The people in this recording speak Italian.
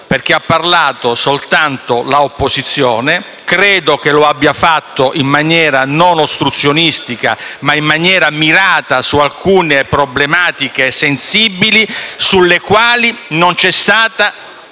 parlato infatti soltanto l'opposizione; credo che lo abbia fatto in maniera non ostruzionistica, ma mirata su alcune problematiche sensibili, sulle quali non c'è stato